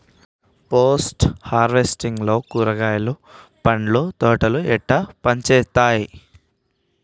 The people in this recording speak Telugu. పోస్ట్ హార్వెస్టింగ్ లో కూరగాయలు పండ్ల తోటలు ఎట్లా పనిచేత్తనయ్?